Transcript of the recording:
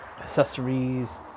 accessories